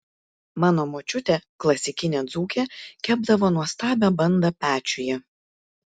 mano močiutė klasikinė dzūkė kepdavo nuostabią bandą pečiuje